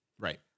Right